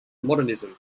modernism